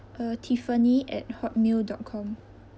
uh tiffany at hotmail dot com